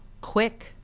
quick